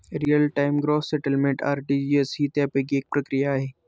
real time gross settlement RTGS ही त्यापैकी एक प्रक्रिया आहे